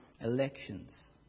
elections